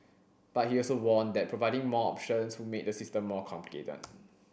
but he also warned that providing more options would make the system more complicated